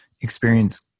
experience